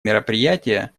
мероприятие